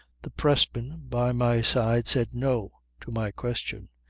the pressman by my side said no, to my question.